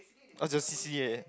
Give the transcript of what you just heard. oh it's a C_C_A